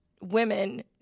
women